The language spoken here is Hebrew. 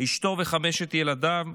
אשתו וחמשת ילדיו.